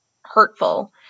hurtful